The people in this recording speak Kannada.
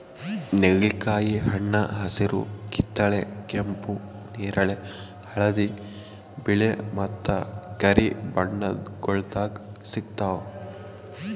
ನೆಲ್ಲಿಕಾಯಿ ಹಣ್ಣ ಹಸಿರು, ಕಿತ್ತಳೆ, ಕೆಂಪು, ನೇರಳೆ, ಹಳದಿ, ಬಿಳೆ ಮತ್ತ ಕರಿ ಬಣ್ಣಗೊಳ್ದಾಗ್ ಸಿಗ್ತಾವ್